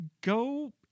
go